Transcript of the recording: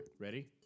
Ready